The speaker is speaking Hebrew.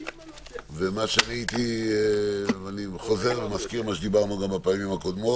אני חוזר ומזכיר את מה שדיברנו גם בפעמים הקודמות.